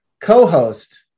co-host